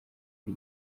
ari